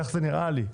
כך נראה לי.